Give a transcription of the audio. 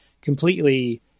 completely